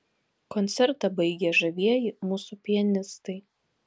koncertą baigė žavieji mūsų pianistai